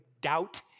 doubt